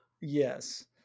yes